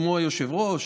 כמו היושב-ראש